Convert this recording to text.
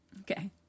Okay